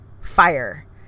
fire